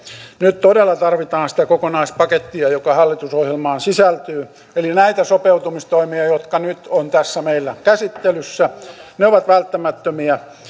nyt todella tarvitaan sitä kokonaispakettia joka hallitusohjelmaan sisältyy eli näitä sopeutumistoimia jotka nyt ovat tässä meillä käsittelyssä ne ovat välttämättömiä